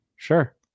Sure